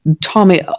Tommy